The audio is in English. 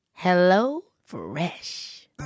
HelloFresh